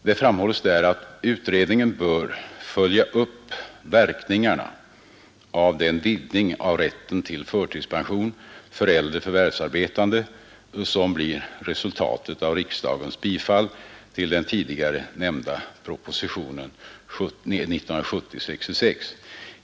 Där framhålls följande: ”Utredningen bör ——— följa upp verkningarna av den vidgning av rätten till förtidspension för äldre förvärvsarbetande som blir resultatet av riksdagens bifall till den tidigare nämnda propositionen 1970:66.